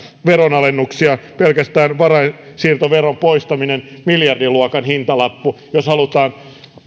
veronalennuksia pelkästään varainsiirtoveron poistaminen miljardiluokan hintalappu jos halutaan